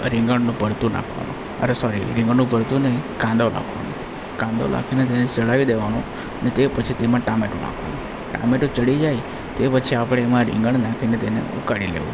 રીંગણનું ભરતું નાખવાનું અરે સોરી રીંગણનું ભરતું નહીં કાંદો નાખવાનો કાંદો નાખીને તેને ચળાઈ દેવાનો અને તે પછી તેમાં ટામેટું નાખવાનું ટામેટું ચડી જાય તે પછી આપણે એમાં રીંગણ નાખીને ઉકાળી લેવું